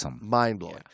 mind-blowing